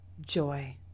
joy